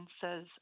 says